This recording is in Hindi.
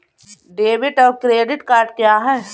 डेबिट और क्रेडिट क्या है?